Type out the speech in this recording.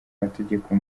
mategeko